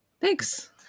Thanks